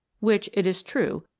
which, it is true,